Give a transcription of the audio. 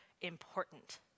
important